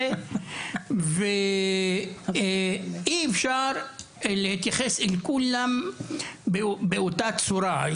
אי אפשר להתייחס אל כולם באותה צורה.